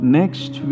next